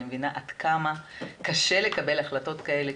אני מבינה עד כמה קשה לקבל החלטות כאלה,